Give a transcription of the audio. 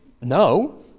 no